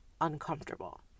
uncomfortable